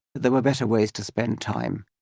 there were better ways to spend time.